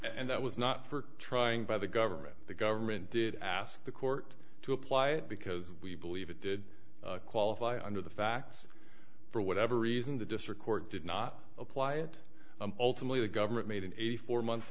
and that was not for trying by the government the government did ask the court to apply it because we believe it did qualify under the facts for whatever reason the district court did not apply it ultimately the government made a four month